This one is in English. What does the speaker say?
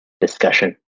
discussion